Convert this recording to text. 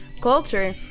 culture